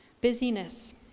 Busyness